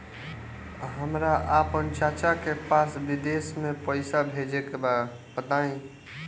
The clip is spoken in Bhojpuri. हमरा आपन चाचा के पास विदेश में पइसा भेजे के बा बताई